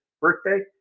birthday